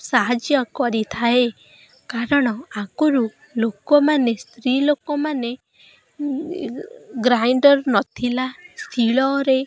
ସାହାଯ୍ୟ କରିଥାଏ କାରଣ ଆଗରୁ ଲୋକମାନେ ସ୍ତ୍ରୀ ଲୋକମାନେ ଗ୍ରାଇଣ୍ଡର୍ ନଥିଲା ଶିଳରେ